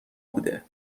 بوده